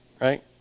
right